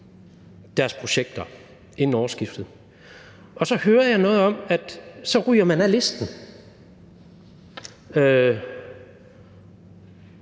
deres projekter inden årsskiftet. Så hører jeg noget om, at man så ryger af listen, og